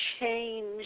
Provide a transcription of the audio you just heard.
change